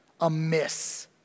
amiss